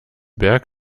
berg